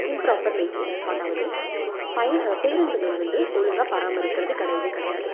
improper maintenance அதாவது பய பேருந்துகளை வந்து ஒழுங்காக பராமரிக்கிறது கிடையவே கிடையாது